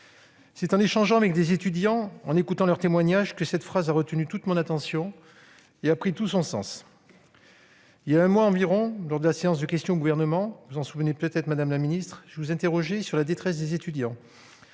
C'est en échangeant avec des étudiants, en écoutant leurs témoignages, que cette phrase a retenu toute mon attention, et a pris tout son sens. Il y a un mois environ, lors de la séance de questions d'actualité au Gouvernement, je vous interrogeais, madame la ministre, sur la détresse des étudiants,